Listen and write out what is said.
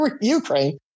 Ukraine